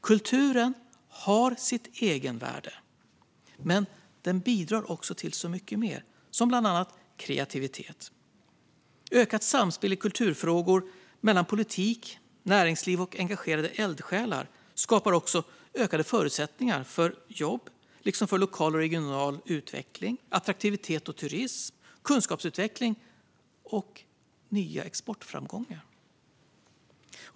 Kulturen har sitt egenvärde men bidrar också till mycket mer, som bland annat kreativitet. Ökat samspel i kulturfrågor mellan politik, näringsliv och engagerade eldsjälar skapar också ökade förutsättningar för jobb liksom för lokal och regional utveckling, attraktivitet och turism, kunskapsutveckling och nya exportframgångar.